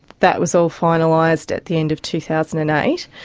that was all finalised at the end of two thousand and eight.